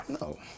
No